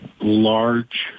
large